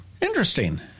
Interesting